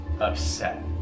upset